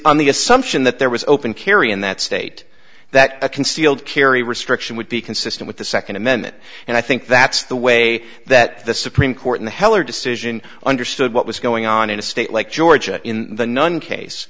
on the assumption that there was open carry in that state that a concealed carry restriction would be consistent with the second amendment and i think that's the way that the supreme court in the heller decision understood what was going on in a state like georgia in the